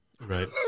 Right